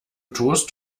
toast